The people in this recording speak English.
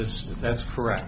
this is that's correct